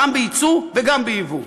גם ביצוא וגם ביבוא.